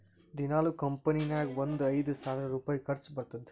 ದಿನಾಲೂ ಕಂಪನಿ ನಾಗ್ ಒಂದ್ ಐಯ್ದ ಸಾವಿರ್ ರುಪಾಯಿ ಖರ್ಚಾ ಬರ್ತುದ್